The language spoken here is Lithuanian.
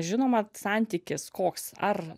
žinoma santykis koks ar